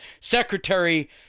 Secretary